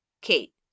Kate